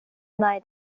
nej